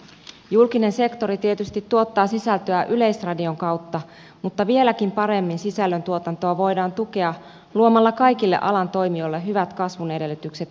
julkinen sektori tietysti tuottaa sisältöä yleisradion kautta mutta vieläkin paremmin sisällöntuotantoa voidaan tukea luomalla kaikille alan toimijoille hyvät kasvun edellytykset valtiovallan puolelta